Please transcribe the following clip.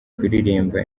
kuririmba